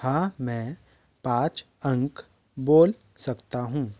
हाँ मैं पाँच अंक बोल सकता हूँ